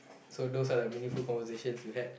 so those are the meaningful conversations you had